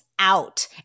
out